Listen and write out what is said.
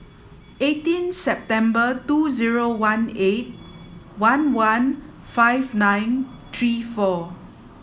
eighteen September two zero one eight one one five nine three four